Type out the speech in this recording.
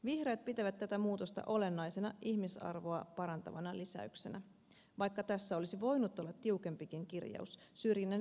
vihreät pitävät tätä muutosta olennaisena ihmisarvoa parantavana lisäyksenä vaikka tässä olisi voinut olla tiukempikin kirjaus syrjinnän ennaltaehkäisystä